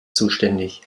zuständig